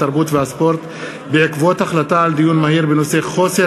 התרבות והספורט בעקבות דיון מהיר בנושא: חוסר